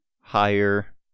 higher